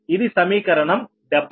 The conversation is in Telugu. ఇది సమీకరణం 71